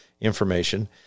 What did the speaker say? information